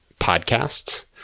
podcasts